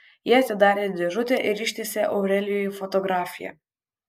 ji atidarė dėžutę ir ištiesė aurelijui fotografiją